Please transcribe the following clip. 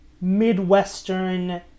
Midwestern